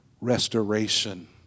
restoration